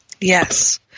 Yes